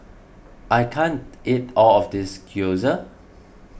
I can't eat all of this Gyoza